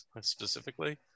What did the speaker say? specifically